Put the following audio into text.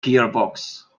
gearbox